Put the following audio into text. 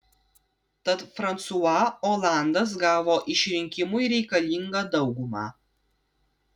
tad fransua olandas gavo išrinkimui reikalingą daugumą